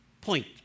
Point